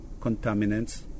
contaminants